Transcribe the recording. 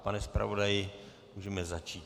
Pane zpravodaji, můžeme začít.